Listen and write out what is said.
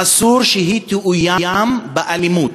אסור שהיא תאוים באלימות.